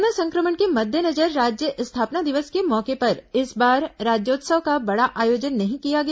corona संक्रमण के मद्देनजर राज्य स्थापना दिवस के मौके पर इस बार राज्योत्सव का बड़ा आयोजन नहीं किया गया